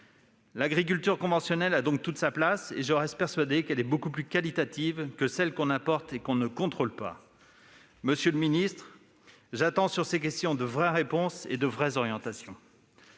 L'agriculture conventionnelle a donc toute sa place et je reste persuadé qu'elle est beaucoup plus qualitative que celle que l'on importe et que l'on ne contrôle pas. Monsieur le ministre, j'attends que vous apportiez des réponses précises à ces questions